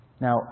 Now